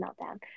meltdown